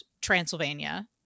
Transylvania